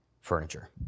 furniture